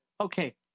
Okay